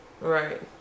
Right